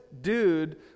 dude